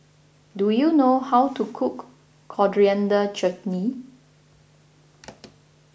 do you know how to cook Coriander Chutney